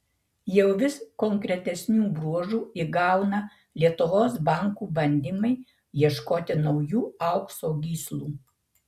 jau vis konkretesnių bruožų įgauna lietuvos bankų bandymai ieškoti naujų aukso gyslų